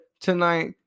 tonight